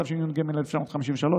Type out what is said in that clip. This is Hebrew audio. התשי"ג 1953,